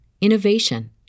innovation